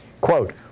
quote